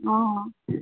ହଁ ହଁ